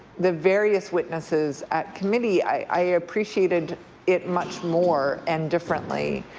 the various witnesses at committee, i appreciated it much more and differently.